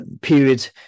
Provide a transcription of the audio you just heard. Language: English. period